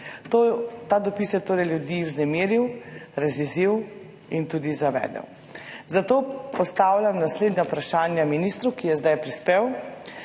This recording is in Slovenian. Ta dopis je torej ljudi vznemiril, razjezil in tudi zavedel. Zato postavljam naslednja vprašanja ministru, ki je zdaj prispel: